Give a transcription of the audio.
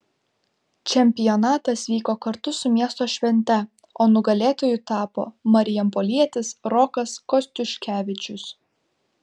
čempionatas vyko kartu su miesto švente o nugalėtoju tapo marijampolietis rokas kostiuškevičius